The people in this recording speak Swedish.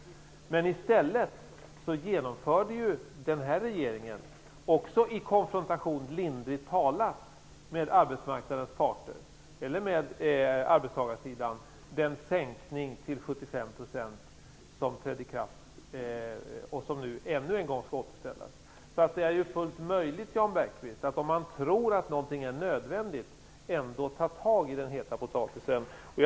Men i stället genomförde den nuvarande också i konfrontation - lindrigt talat - med arbetstagarsidan den sänkning till 75 % som nu ännu en gång skall återställas. Det är ju fullt möjligt, Jan Bergqvist, att ändå ta tag i den heta potatisen, om man tror att någonting är nödvändigt.